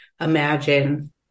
imagine